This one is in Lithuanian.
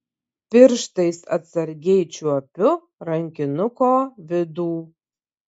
pirštais atsargiai čiuopiu rankinuko vidų